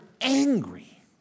angry